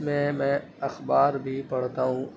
میں میں اخبار بھی پڑھتا ہوں